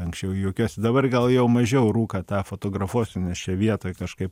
anksčiau juokiuosi dabar gal jau mažiau rūką tą fotografuosiu nes čia vietoj kažkaip